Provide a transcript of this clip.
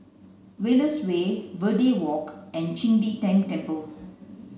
Wallace Way Verde Walk and Qing De Tang Temple